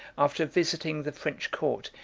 after visiting the french court,